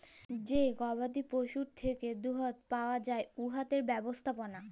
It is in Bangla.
যে গবাদি পশুর থ্যাকে দুহুদ পাউয়া যায় উয়াদের ব্যবস্থাপলা